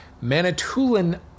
Manitoulin